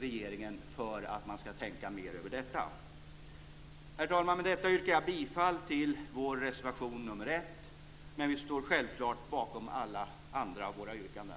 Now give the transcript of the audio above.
regeringen för att man ska tänka mer över detta. Herr talman! Med detta yrkar jag bifall till vår reservation nr 1, men vi står självklart bakom alla våra andra yrkanden.